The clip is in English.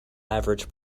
average